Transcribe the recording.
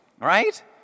right